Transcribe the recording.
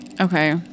Okay